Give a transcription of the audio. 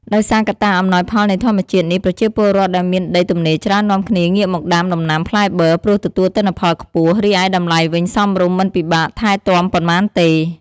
ដោយសារកត្តាអំណោយផលនៃធម្មជាតិនេះប្រជាពលរដ្ឋដែលមានដីទំនេរច្រើននាំគ្នាងាកមកដាំដំណាំផ្លែប័រ ព្រោះទទួលទិន្នផលខ្ពស់ រីឯតម្លៃវិញសមរម្យមិនពិបាកថែទាំប៉ុន្មានទេ។